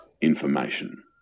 information